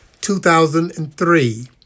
2003